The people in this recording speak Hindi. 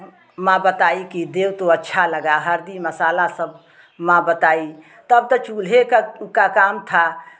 माँ बताई कि देओ तो अच्छा लगा हल्दी मसाला सब माँ बताई तब तो चूल्हे का का काम था